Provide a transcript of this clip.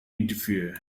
interfere